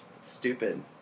Stupid